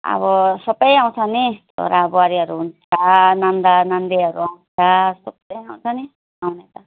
अब सबै आउँछ नि छोराबुहारीहरू हुन्छ नन्दनन्दीहरू आउँछ सबै आउँछ नि आउने त